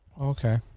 Okay